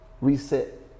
Reset